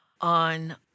on